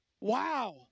Wow